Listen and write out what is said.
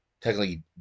technically